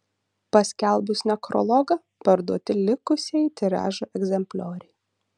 paskelbus nekrologą parduoti likusieji tiražo egzemplioriai